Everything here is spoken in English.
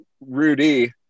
Rudy